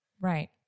Right